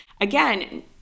Again